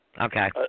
Okay